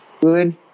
good